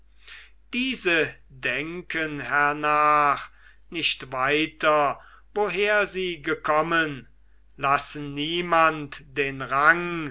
diese denken hernach nicht weiter woher sie gekommen lassen niemand den rang